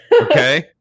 Okay